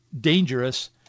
dangerous